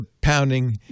pounding